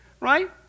right